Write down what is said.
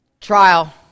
trial